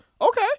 okay